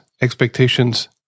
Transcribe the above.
expectations